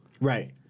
Right